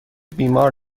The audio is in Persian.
بیمار